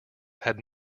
had